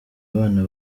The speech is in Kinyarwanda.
abana